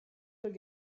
will